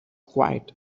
quiet